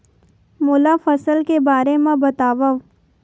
मोला फसल के बारे म बतावव?